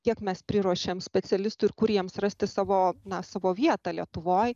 kiek mes priruošėm specialistų ir kur jiems rasti savo na savo vietą lietuvoj